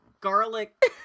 garlic-